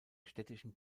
städtischen